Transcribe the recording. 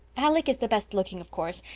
alec is the best looking, of course,